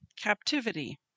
captivity